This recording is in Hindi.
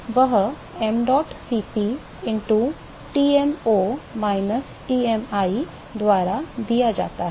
तो वह mdot Cp into Tmo minus Tmi द्वारा दिया जाता है